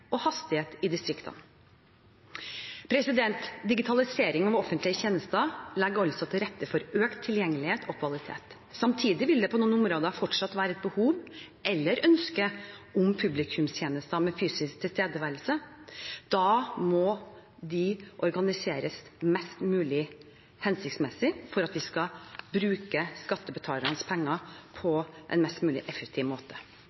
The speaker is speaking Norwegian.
og hastighet i distriktene. Digitalisering av offentlige tjenester legger altså til rette for økt tilgjengelighet og kvalitet. Samtidig vil det på noen områder fortsatt være behov for eller ønske om publikumstjenester med fysisk tilstedeværelse. Da må de organiseres mest mulig hensiktsmessig for at vi skal bruke skattebetalernes penger på en mest mulig effektiv måte.